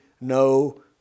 no